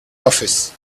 office